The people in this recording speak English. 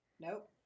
Nope